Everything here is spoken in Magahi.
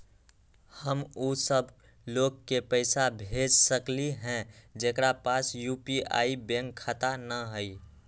हम उ सब लोग के पैसा भेज सकली ह जेकरा पास यू.पी.आई बैंक खाता न हई?